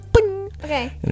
Okay